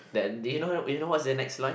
then do you know do you know what's the next line